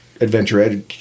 adventure